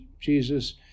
jesus